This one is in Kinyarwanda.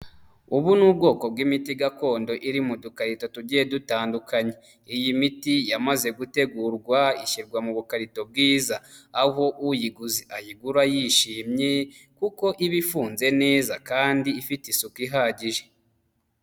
Ubu ni ubwoko bw'imiti gakondo iri mu dukayita tugiye dutandukanye, iyi miti yamaze gutegurwa ishyirwa mu bukarito bwiza, aho uyiguzi ayigura yishimye, kuko iba ifunze neza kandi ifite isuku ihagije.